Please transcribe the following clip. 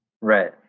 Right